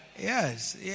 Yes